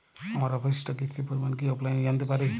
আমার অবশিষ্ট কিস্তির পরিমাণ কি অফলাইনে জানতে পারি?